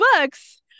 books